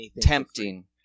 tempting